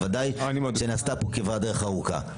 ודאי שנעשתה פה כברת דרך ארוכה.